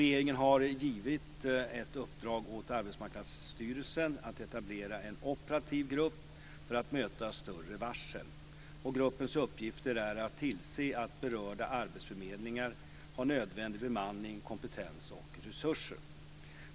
Regeringen har givit ett uppdrag åt Arbetsmarknadsstyrelsen att etablera en operativ grupp för att möta större varsel. Gruppens uppgifter är att tillse att berörda arbetsförmedlingar har nödvändig bemanning, kompetens och resurser.